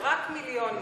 רק מיליון מה-17.